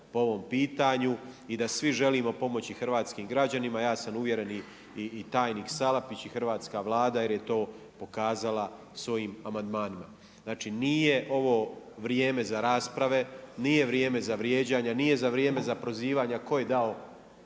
po ovom pitanju i da svi želimo pomoći hrvatskim građanima. Ja sam uvjeren i tajnik Salapić i hrvatska Vlada je je to pokazala svojim amandmanima. Znači nije ovo vrijeme za rasprave, nije vrijeme za vrijeđanja, nije vrijeme za prozivanja tko je dao